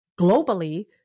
Globally